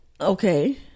okay